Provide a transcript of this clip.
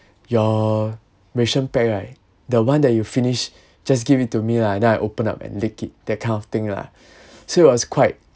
your ration pack right the one that you finish just give it to me lah then I open up and lick it that kind of thing lah so it was quite